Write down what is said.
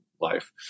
life